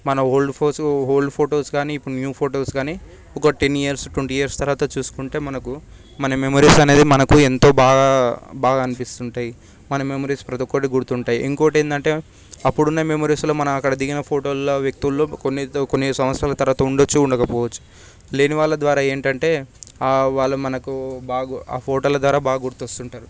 మన ఓల్డ్ పోస్ old photos గానీ ఇప్పుడు న్యూ ఫొటోస్ గానీ ఒక టెన్ ఇయర్స్ ట్వెంటీ ఇయర్స్ తర్వాత చూసుకుంటే మనకు మన మెమరీస్ అనేది మనకు ఎంతో బాగా బాగా అనిపిస్తుంటాయి మన మెమరీస్ ప్రతి ఒక్కటి గుర్తుంటాయి ఇంకొకటి ఏంటంటే అప్పుడు ఉన్న మెమరీస్లో అక్కడ దిగిన ఫోటోలు వ్యక్తులు కొన్ని సంవత్సరాల తర్వాత ఉండొచ్చు ఉండకపోవచ్చు లేనివాళ్ళ ద్వారా ఏంటంటే ఆ వాళ్ళు మనకు బాగా ఆ ఫోటోల ద్వారా బాగా గుర్తొస్తుంటారు